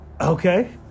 okay